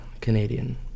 Canadian